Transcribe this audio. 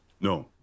No